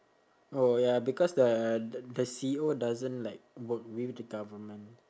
oh ya because the the the C_E_O doesn't like work with the government